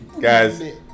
Guys